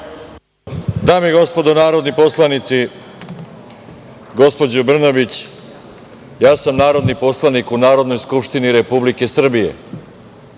Dame i gospodo narodni poslanici, gospođo Brnabić, ja sam narodni poslanik u Narodnoj skupštini Republike Srbije.